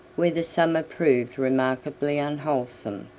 where the summer proved remarkably unwholesome.